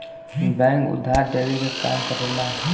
bank उधार देवे क काम करला